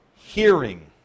Hearing